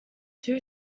two